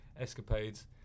escapades